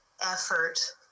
effort